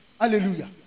hallelujah